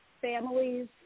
families